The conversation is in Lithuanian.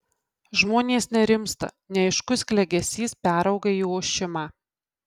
žmonės nerimsta neaiškus klegesys perauga į ošimą